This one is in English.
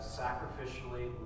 sacrificially